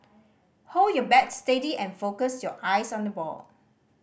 hold your bat steady and focus your eyes on the ball